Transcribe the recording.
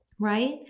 right